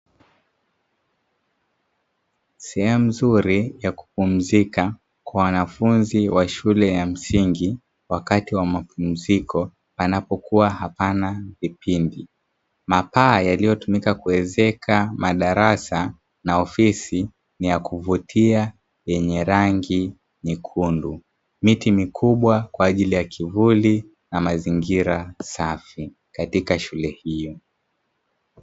Sehemu nzuri ya kupumzika kwa wanafunzi wa shule ya msingi wakati wa mapumziko, panapokuwa hapana vipindi. Mapaa yaliyotumika kuezeka madarasa na ofisi ni ya kuvutia, yenye rangi nyekundu. Miti mikubwa kwa ajili ya kivuli, na mazingira safi katika shule hiyo.